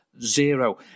zero